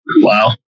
wow